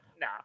no